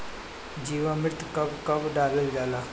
जीवामृत कब कब डालल जाला?